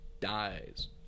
dies